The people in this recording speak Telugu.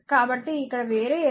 కాబట్టి ఇక్కడ వేరే ఎలిమెంట్ లేదు